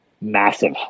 Massive